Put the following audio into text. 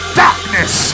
darkness